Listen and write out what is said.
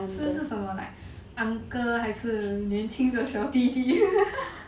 所以是什么 like uncle 还是年轻的小弟弟